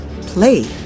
Play